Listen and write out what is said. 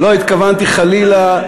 לא התכוונתי חלילה,